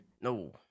No